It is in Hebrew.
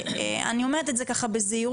אני אומרת את זה בזהירות,